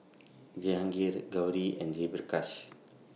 Jehangirr Gauri and Jayaprakash